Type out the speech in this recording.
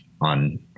on